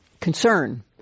concern